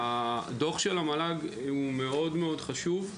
הדוח של המל"ג מאוד חשוב.